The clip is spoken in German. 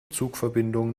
zugverbindungen